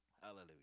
Hallelujah